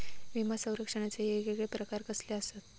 विमा सौरक्षणाचे येगयेगळे प्रकार कसले आसत?